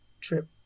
trip